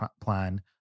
plan